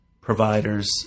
providers